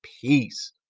peace